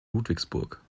ludwigsburg